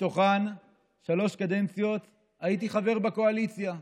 מתוכן שלוש קדנציות הייתי חבר בקואליציה,